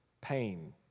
pain